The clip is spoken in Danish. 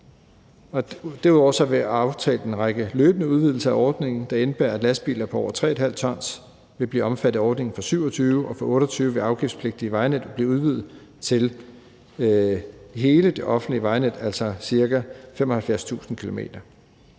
Derudover har vi aftalt en række løbende udvidelser af ordningen, der indebærer, at lastbiler på over 3½ t vil blive omfattet af ordningen fra 2027, og at fra 2028 vil det afgiftspligtige vejnet blive udvidet til hele det offentlige vejnet, altså ca. 75.000 km.